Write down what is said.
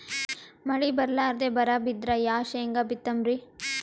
ಮಳಿ ಬರ್ಲಾದೆ ಬರಾ ಬಿದ್ರ ಯಾ ಶೇಂಗಾ ಬಿತ್ತಮ್ರೀ?